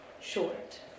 short